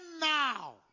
now